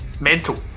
mental